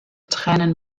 tränen